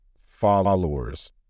followers